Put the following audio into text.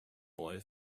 boy